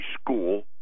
school